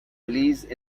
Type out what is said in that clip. released